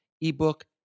eBook